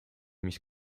mis